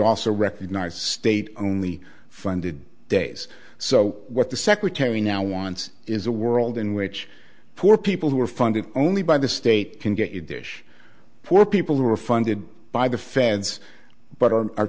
also recognize state only funded days so what the secretary now wants is a world in which poor people who are funded only by the state can get you dish poor people who are funded by the feds but